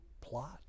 plot